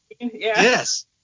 Yes